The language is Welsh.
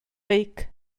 beic